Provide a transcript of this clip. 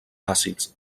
àcids